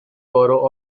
borough